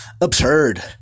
Absurd